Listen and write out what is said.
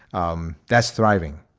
um that's thriving.